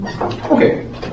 Okay